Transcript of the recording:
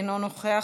אינו נוכח,